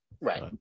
Right